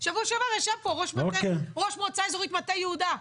בשבוע שעבר ישב פה ראש מועצה אזורית מטה יהודה,